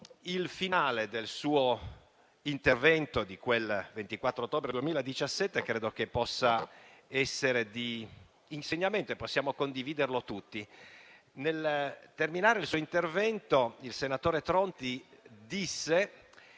il finale del suo intervento di quel 24 ottobre 2017 possa essere di insegnamento e possiamo condividerlo tutti. Nel terminare il suo intervento il senatore Tronti disse